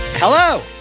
hello